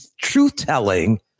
truth-telling